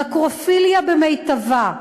נקרופיליה במיטבה.